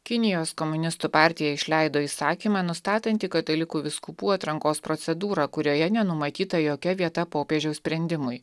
kinijos komunistų partija išleido įsakymą nustatantį katalikų vyskupų atrankos procedūrą kurioje nenumatyta jokia vieta popiežiaus sprendimui